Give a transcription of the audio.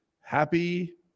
happy